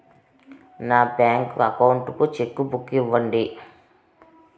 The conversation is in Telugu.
నా బ్యాంకు అకౌంట్ కు చెక్కు బుక్ ఇవ్వండి